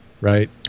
right